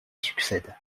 succède